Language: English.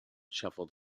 shuffled